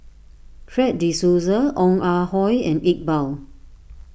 Fred De Souza Ong Ah Hoi and Iqbal